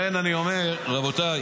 אומר, רבותיי